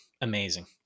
Amazing